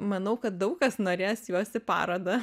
manau kad daug kas norės juos į parodą